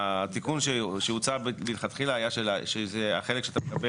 התיקון שהוצא מלכתחילה היה שהחלק שאתה מקבל